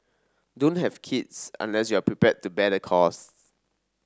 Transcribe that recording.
don't have kids unless you are prepared to bear the costs